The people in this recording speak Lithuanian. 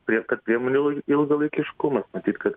priekab priemonių lo ilgalaikiškumas tik kad